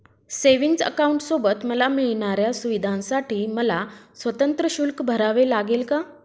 Savings अकाउंटसोबत मला मिळणाऱ्या सुविधांसाठी मला स्वतंत्र शुल्क भरावे लागेल का?